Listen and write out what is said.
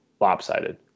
lopsided